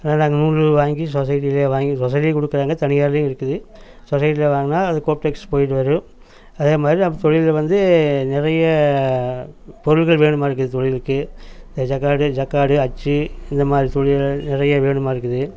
அதனால் அங்கே நூல் வாங்கி சொஸைட்டிலேயே வாங்கி சொஸைட்டிலேயே கொடுக்கறாங்க தனியார்லேயும் இருக்குது சொஸைட்டியில் வாங்கினா அது கோப்டெக்ஸ் போய்விட்டு வரும் அதே மாதிரி நம்ம தொழிலில் வந்து நிறைய பொருட்கள் வேணுமாயிருக்குது தொழிலுக்கு இந்த ஜக்காடு ஜக்காடு அச்சு இந்த மாதிரி தொழில்கள் நிறைய வேணுமாயிருக்குது